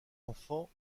enfant